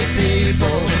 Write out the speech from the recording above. people